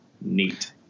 Neat